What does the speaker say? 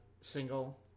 single